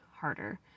harder